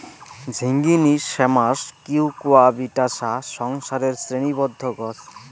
ঝিঙ্গিনী শ্যামাস কিউকুয়াবিটাশা সংসারের শ্রেণীবদ্ধ গছ